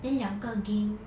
then 两个 game